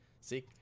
See